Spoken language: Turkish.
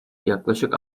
yaklaşık